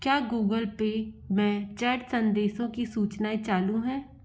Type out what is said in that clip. क्या Google Pay में chat संदेशों की सूचनाएँ चालू हैं